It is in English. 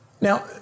Now